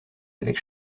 avec